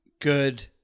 good